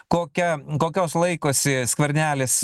kokia kokios laikosi skvernelis